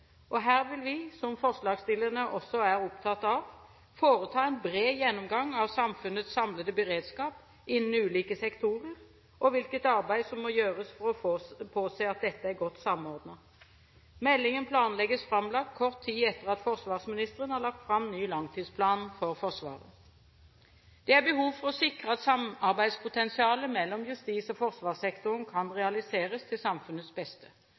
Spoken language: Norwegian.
Her vil vi, som forslagsstillerne også er opptatt av, foreta en bred gjennomgang av samfunnets samlede beredskap innen ulike sektorer og hvilket arbeid som må gjøres for å påse at dette er godt samordnet. Meldingen planlegges framlagt kort tid etter at forsvarsministeren har lagt fram ny langtidsplan for Forsvaret. Det er behov for å sikre at samarbeidspotensialet mellom justis- og forsvarssektoren kan realiseres til samfunnets beste.